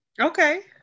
Okay